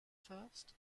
thirst